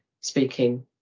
speaking